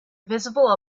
visible